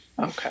Okay